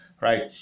right